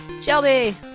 Shelby